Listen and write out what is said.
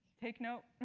take note.